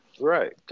Right